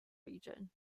region